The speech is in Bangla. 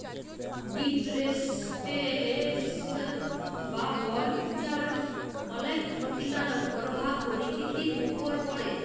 ডিফরেসটেসল বা বল উজাড় অলেক খ্যতিকারক পরভাব পরকিতির উপর পড়ে